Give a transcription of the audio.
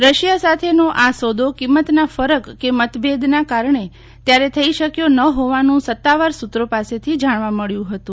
Russia સાથેનો આ સોદો કિંમતના ફરક કે મતભેદના કારણે ત્યારે થઈ શક્યો ન હોવાનું સત્તાવાર સુત્રો પાસેથી જાણવા મળ્યું હતું